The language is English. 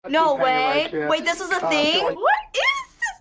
no way! wait, this was a thing? what is